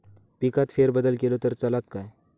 पिकात फेरबदल केलो तर चालत काय?